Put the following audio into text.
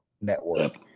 network